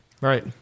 Right